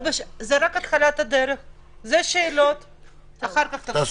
רק רוצה דבר אחד: שברגע שתקבלו את ההחלטות אנשים יוכלו לממש את זה.